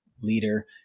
leader